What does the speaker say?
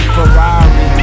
Ferrari